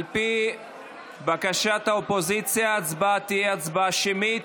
על פי בקשת האופוזיציה, ההצבעה תהיה הצבעה שמית.